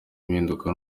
impinduka